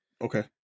Okay